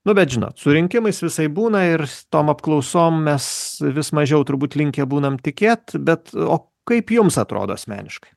nu bet žinot surinkimais visaip būna ir su tom apklausom mes vis mažiau turbūt linkę būnam tikėt bet o kaip jums atrodo asmeniškai